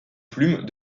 plume